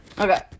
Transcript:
Okay